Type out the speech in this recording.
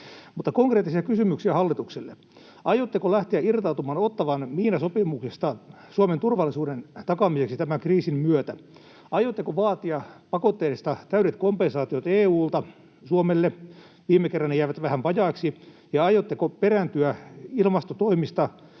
Konkreettisia kysymyksiä hallitukselle: Aiotteko lähteä irtautumaan Ottawan miinasopimuksesta Suomen turvallisuuden takaamiseksi tämän kriisin myötä? Aiotteko vaatia pakotteista täydet kompensaatiot EU:lta Suomelle? Viime kerralla ne jäivät vähän vajaiksi. Ja aiotteko perääntyä ilmastotoimista